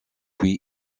puis